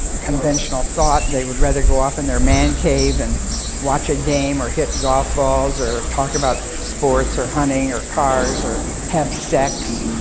conventional thought. they would rather go off in their man cave and watch a game or hit golf balls, or talk about sports, or hunting, or cars or have sex.